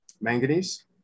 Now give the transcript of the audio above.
Manganese